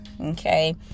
Okay